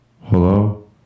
hello